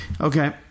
Okay